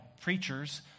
preachers